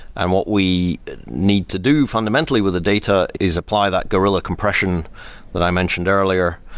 and what we need to do fundamentally with the data is apply that gorilla compression that i mentioned earlier,